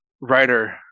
writer